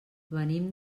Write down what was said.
venim